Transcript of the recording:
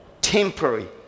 temporary